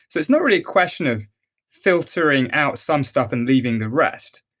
so it's not really a question of filtering out some stuff and leaving the rest.